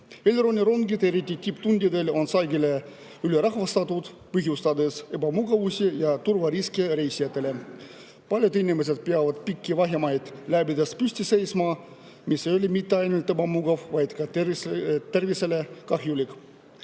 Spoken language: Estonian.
Elroni rongid, eriti tipptundidel, on sageli ülerahvastatud, põhjustades reisijatele ebamugavusi ja turvariske. Paljud inimesed peavad pikki vahemaid läbides püsti seisma, mis ei ole mitte ainult ebamugav, vaid ka tervisele kahjulik.